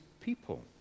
people